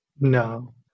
No